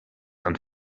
and